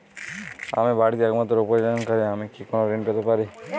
আমি বাড়িতে একমাত্র উপার্জনকারী আমি কি কোনো ঋণ পেতে পারি?